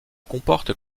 comportent